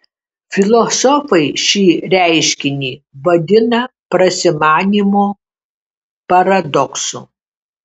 filosofai šį reiškinį vadina prasimanymo paradoksu